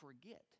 forget